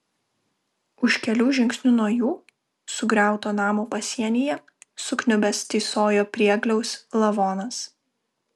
už kelių žingsnių nuo jų sugriauto namo pasienyje sukniubęs tysojo priegliaus lavonas